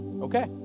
okay